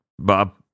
Bob